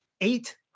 eight